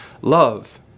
Love